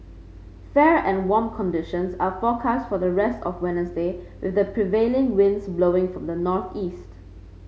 fair and warm conditions are forecast for the rest of Wednesday with prevailing winds blowing from the northeast